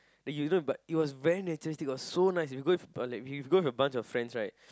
that you know but it was very naturistic it was so nice if you go with people like you go with a bunch of friends right